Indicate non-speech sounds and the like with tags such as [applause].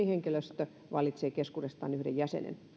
[unintelligible] henkilöstö valitsee keskuudestaan yhden jäsenen